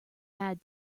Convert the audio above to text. had